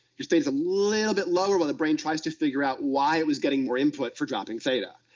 your theta's a little bit lower while the brain tries to figure out why it was getting more input for dropping theta.